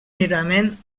lliurement